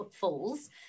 falls